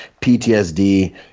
ptsd